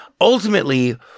Ultimately